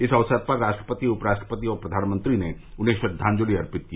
इस अक्सर पर राष्ट्रपति उपराष्ट्रपति और प्रधानमंत्री ने उन्हें श्रद्वाजलि अर्पित की